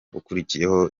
ukurikiyeho